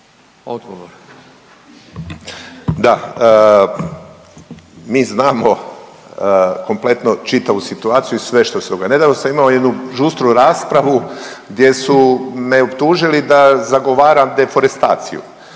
(HDZ)** Da, mi znamo kompletno čitavu situaciju i sve što se događa. Nedavno sam imao jednu žustru raspravu gdje su me optužili da zagovaram deforestaciju.